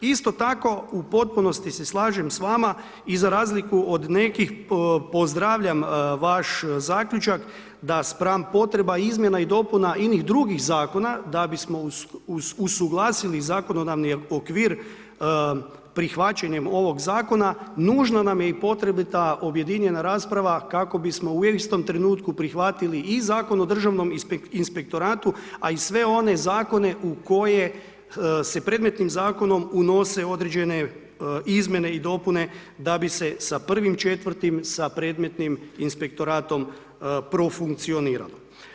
Isto tako u potpunosti se slažem s vama i za razliku od nekih pozdravljam vaš zaključak da spram potreba izmjena i dopuna inih drugih zakona da bismo usuglasili zakonodavni okvir prihvaćanjem ovog zakona, nužna nam je i potrebita objedinjena rasprava kako bismo u istom trenutku prihvatili i Zakon o državnom inspektoratu a i sve one zakone u koje se predmetnim zakonom unose određene izmjene i dopune da bi se sa 1.4. sa predmetnim inspektoratom profunkcioniralo.